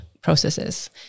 processes